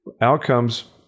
Outcomes